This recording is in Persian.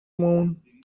موند